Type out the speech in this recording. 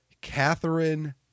Catherine